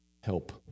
Help